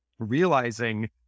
realizing